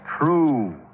true